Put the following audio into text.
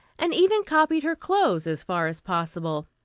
and even copied her clothes, as far as possible.